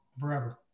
forever